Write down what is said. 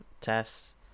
tests